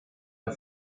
der